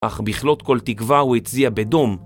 אך בכלות כל תקווה הוא הציע בדום.